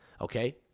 Okay